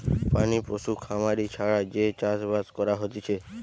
প্রাণী পশু খামারি ছাড়া যে চাষ বাস করা হতিছে